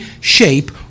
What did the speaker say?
shape